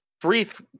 brief